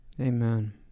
Amen